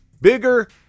bigger